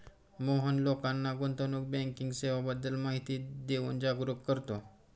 मोहन लोकांना गुंतवणूक बँकिंग सेवांबद्दल माहिती देऊन जागरुक करतो